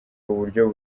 uburyo